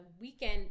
weekend